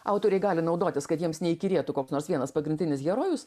autoriai gali naudotis kad jiems neįkyrėtų koks nors vienas pagrindinis herojus